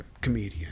comedian